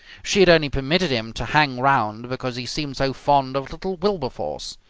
she had only permitted him to hang round because he seemed so fond of little wilberforce.